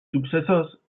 successors